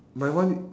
my one